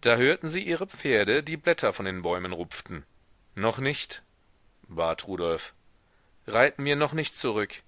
da hörten sie ihre pferde die blätter von den bäumen rupften noch nicht bat rudolf reiten wir noch nicht zurück